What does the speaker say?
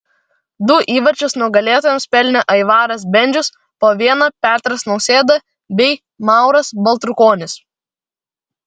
du įvarčius nugalėtojams pelnė aivaras bendžius po vieną petras nausėda bei mauras baltrukonis